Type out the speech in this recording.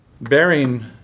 bearing